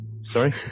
Sorry